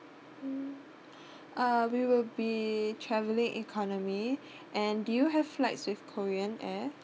mm uh we will be travelling economy and do you have flights with korean air